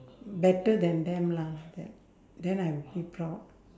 better than them lah like then I will be proud